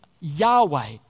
Yahweh